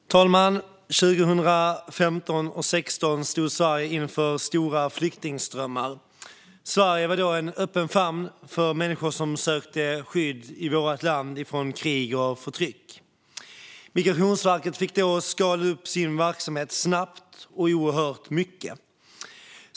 Herr talman! År 2015 och 2016 stod Sverige inför stora flyktingströmmar. Sverige var då en öppen famn för människor som sökte skydd i vårt land från krig och förtryck. Migrationsverket fick då skala upp sin verksamhet snabbt och oerhört mycket.